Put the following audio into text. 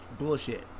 Bullshit